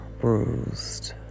bruised